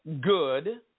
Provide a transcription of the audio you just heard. good